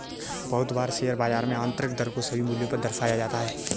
बहुत बार शेयर बाजार में आन्तरिक दर को सभी मूल्यों पर दर्शाया जाता है